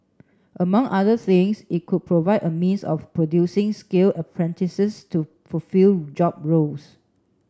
among other things it could provide a means of producing skill apprentices to fulfil job roles